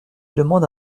demande